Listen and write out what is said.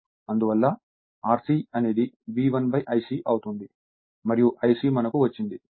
అందువల్ల Rc అనేది V1 Ic అవుతుంది మరియు Ic మనకు వచ్చింది